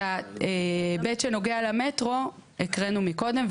את ההיבט שנוגע למטרו הקראנו מקודם,